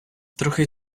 трохи